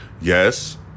Yes